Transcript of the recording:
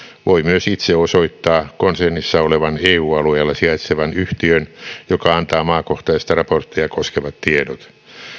voi myös itse osoittaa konsernissa olevan eu alueella sijaitsevan yhtiön joka antaa maakohtaista raporttia koskevat tiedot